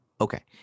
Okay